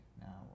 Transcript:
Now